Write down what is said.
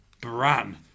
Bran